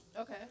Okay